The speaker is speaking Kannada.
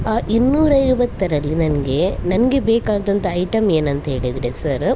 ಆ ಇನ್ನೂರೈವತ್ತರಲ್ಲಿ ನನಗೆ ನನಗೆ ಬೇಕಾದಂಥ ಐಟಮ್ ಏನಂತ ಹೇಳಿದರೆ ಸರ